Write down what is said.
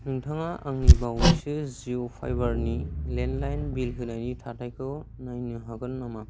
नोंथाङा आंनि बावैसो जिअ फाइबारनि लेन्डलाइन बिल होनायनि थाथायखौ नायनो हागोन नामा